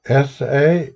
SA